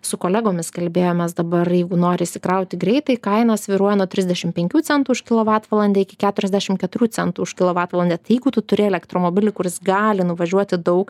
su kolegomis kalbėjomės dabar jeigu nori įsikrauti greitai kaina svyruoja nuo trisdešim penkių centų už kilovatvalandę iki keturiasdešim keturių centų už kilovatvalandę tai jeigu tu turi elektromobilį kuris gali nuvažiuoti daug